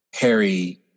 Harry